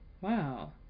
Wow